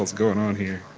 ah going on here?